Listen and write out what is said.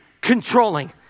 controlling